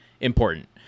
important